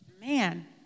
Man